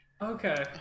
Okay